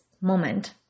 moment